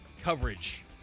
coverage